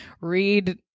read